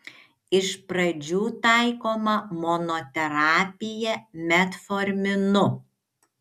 iš pradžių taikoma monoterapija metforminu